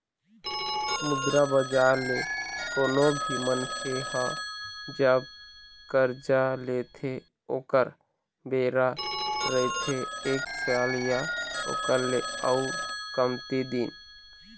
मुद्रा बजार ले कोनो भी मनखे ह जब करजा लेथे ओखर बेरा रहिथे एक साल या ओखर ले अउ कमती दिन